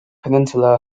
peninsula